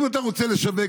אם אתה רוצה לשווק,